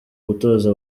gutoza